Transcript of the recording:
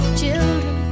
children